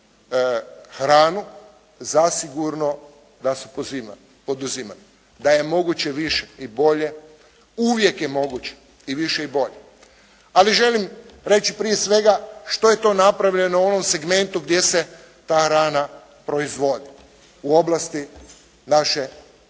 hranu? Zasigurno da se poduzima, da je moguće više i bolje, uvijek je moguće i više i bolje, ali želim reći prije svega što je to napravljeno u ovom segmentu gdje se ta hrana proizvodi u oblasti naše